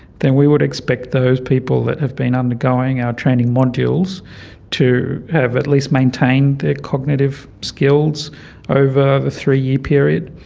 then we would expect those people that have been undergoing our training modules to have at least maintained their cognitive skills over a three-year period,